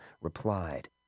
replied